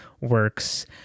works